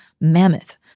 mammoth